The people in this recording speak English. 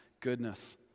goodness